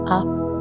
up